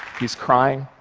he's crying.